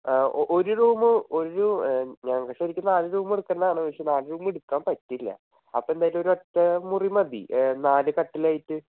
ഒരു റൂം ഒരു ഞങ്ങൾ ശരിക്കും നാല് റൂം എടുക്കേണ്ടതാണ് പക്ഷേ നാല് റൂം എടുക്കാൻ പറ്റില്ല അപ്പോൾ എന്തായാലും ഒരു ഒറ്റമുറി മതി നാല് കട്ടിലായിട്ട്